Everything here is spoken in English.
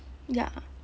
ya